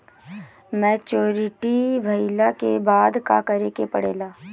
Maturity भईला के बाद का करे के पड़ेला?